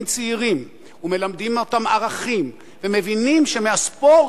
צעירים ומלמדים אותם ערכים ומבינים שמהספורט,